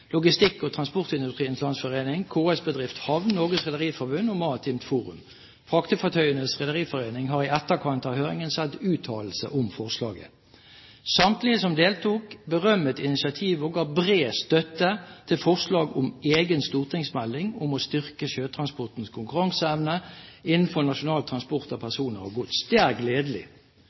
Logistikk- og Transportindustriens Landsforening, KS Bedrift Havn, Norges Rederiforbund og Maritimt Forum. Fraktefartøyenes Rederiforening har i etterkant av høringen sendt uttalelse om forslaget. Samtlige som deltok, berømmet initiativet og ga bred støtte til forslaget om en egen stortingsmelding om å styrke sjøtransportens konkurranseevne innenfor nasjonal transport av personer og gods. Det er gledelig.